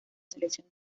selección